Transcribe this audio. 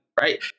Right